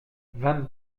vingt